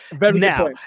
Now